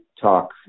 talk